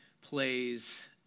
plays